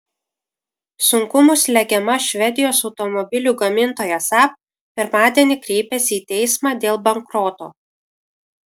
sunkumų slegiama švedijos automobilių gamintoja saab pirmadienį kreipėsi į teismą dėl bankroto